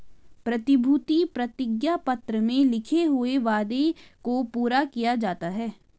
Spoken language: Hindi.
प्रतिभूति प्रतिज्ञा पत्र में लिखे हुए वादे को पूरा किया जाता है